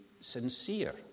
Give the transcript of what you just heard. sincere